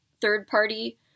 third-party